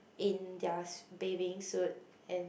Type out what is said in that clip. in their swi~ bathing suit and